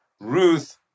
Ruth